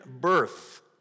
birth